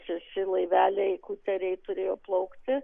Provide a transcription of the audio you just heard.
šeši laiveliai kuteriai turėjo plaukti